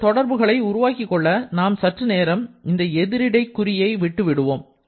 இந்த தொடர்புகளை உருவாக்கிக் கொள்ள நாம் சற்று நேரம் இந்த எதிரிடை கூறியை விட்டுவிடுவோம்